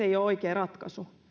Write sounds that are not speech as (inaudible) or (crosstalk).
(unintelligible) ei ole oikea ratkaisu